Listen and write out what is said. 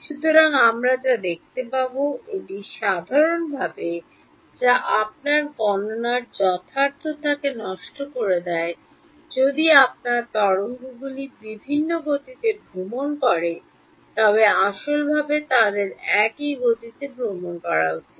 সুতরাং আমরা যা দেখতে পাব এটি সাধারণভাবে যা আপনার গণনার যথার্থতাকে নষ্ট করে দেয় যদি আপনার তরঙ্গগুলি বিভিন্ন গতিতে ভ্রমণ করে তবে আসলভাবে তাদের একই গতিতে ভ্রমণ করা উচিত